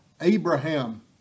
Abraham